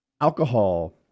Alcohol